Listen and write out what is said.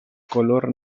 color